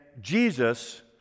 Jesus